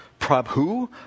Prabhu